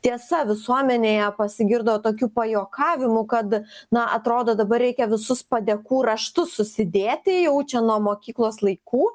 tiesa visuomenėje pasigirdo tokių pajuokavimų kad na atrodo dabar reikia visus padėkų raštus susidėti jau čia nuo mokyklos laikų